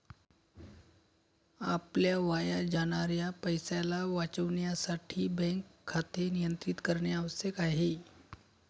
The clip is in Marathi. आपल्या वाया जाणाऱ्या पैशाला वाचविण्यासाठी बँक खाते नियंत्रित करणे आवश्यक आहे